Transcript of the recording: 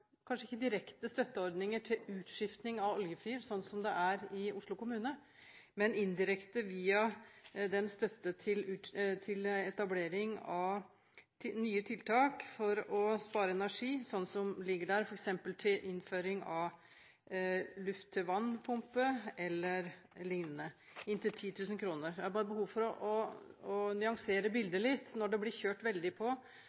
kanskje ikke direkte støtteordninger til utskiftning av oljefyr, sånn som det er i Oslo kommune, men det er indirekte via støtte til etablering av nye tiltak for å spare energi, som ligger der f.eks. til innføring av luft-til-vann varmepumpe eller lignende, med inntil 10 000 kr. Jeg har behov for å nyansere bildet litt, når det blir kjørt veldig på